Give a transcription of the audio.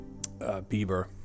Bieber